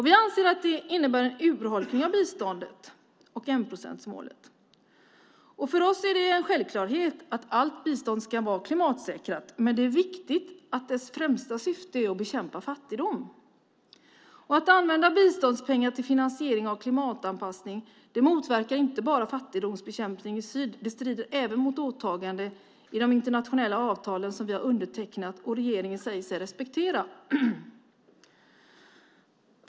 Vi anser att det innebär en urholkning av biståndet och enprocentsmålet. För oss är det en självklarhet att allt bistånd ska vara klimatsäkrat. Det är viktigt att dess främsta syfte är att bekämpa fattigdom. Att använda biståndspengar till finansiering av klimatanpassning motverkar inte bara fattigdomsbekämpning i syd. Det strider även mot åtaganden i de internationella avtal som vi har undertecknat och som regeringen säger sig respektera.